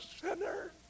sinner